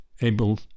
able